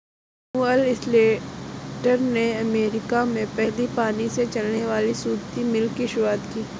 Samuel Slater ने America में पहली पानी से चलने वाली सूती मिल की शुरुआत की